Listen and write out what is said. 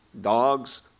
dogs